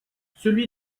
celui